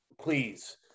please